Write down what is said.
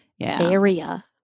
area